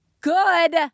Good